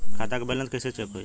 खता के बैलेंस कइसे चेक होई?